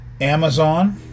Amazon